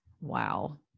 Wow